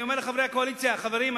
ואני אומר לחברי הקואליציה: חברים,